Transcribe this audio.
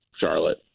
Charlotte